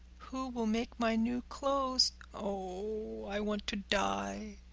who will make my new clothes? oh, i want to die!